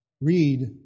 Read